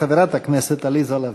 חברת הכנסת עליזה לביא.